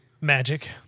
Magic